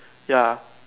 ya